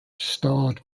stade